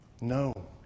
No